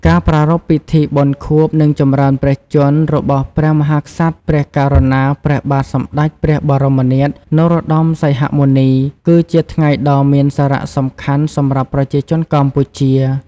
ការប្រារព្ធពិធីបុណ្យខួប និងចម្រើនព្រះជន្មរបស់ព្រះមហាក្សត្រ ព្រះករុណា ព្រះបាទសម្តេចព្រះបរមនាថ នរោត្តម សីហមុនី គឺជាថ្ងៃដ៏មានសារៈសំខាន់សម្រាប់ប្រជាជនកម្ពុជា។